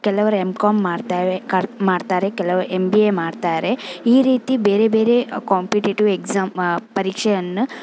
ಕೆಲವರು M Com ಮಾಡ್ತಾವೆ ಕಾ ಮಾಡ್ತಾರೆ ಕೆಲವರು ಎಂ ಬಿ ಎ ಮಾಡ್ತಾರೆ ಈ ರೀತಿ ಬೇರೆ ಬೇರೆ ಕಾಂಪಿಟೇಟಿವ್ ಎಕ್ಸಾಮ್ ಪರೀಕ್ಷೆಯನ್ನು